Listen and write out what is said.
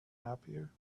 happier